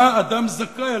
מה אדם זכאי,